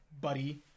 buddy